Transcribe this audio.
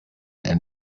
and